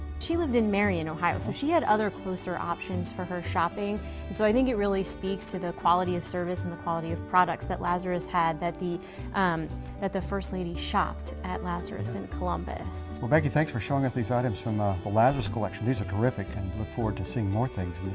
she lived in marion, ohio, so she had other closer options for her shopping. so i think it really speaks to the quality of service and the quality of products that lazarus had that the um that the first lady shopped at lazarus in columbus. well becky, thanks for showing us these items from ah the lazarus collection. these are terrific and we look forward to seeing more things